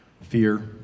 fear